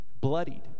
Bloodied